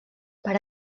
per